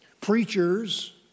Preachers